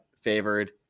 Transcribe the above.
favored